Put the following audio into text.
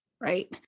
Right